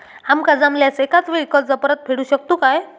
आमका जमल्यास एकाच वेळी कर्ज परत फेडू शकतू काय?